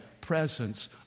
presence